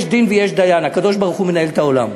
יש דין ויש דיין, הקדוש-ברוך-הוא מנהל את העולם.